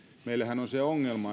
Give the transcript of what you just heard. meillähän on se ongelma